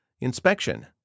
inspection